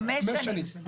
חמש שנים.